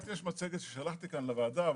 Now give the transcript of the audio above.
יש מצגת ששלחתי לוועדה,